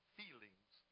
feelings